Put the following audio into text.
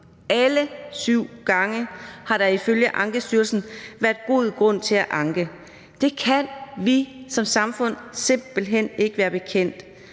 Alle syv gange har der ifølge Ankestyrelsen været god grund til at anke. Det kan vi som samfund simpelt hen ikke være bekendt,